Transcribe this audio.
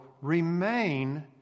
remain